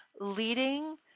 Leading